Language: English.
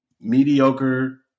mediocre